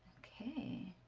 okay.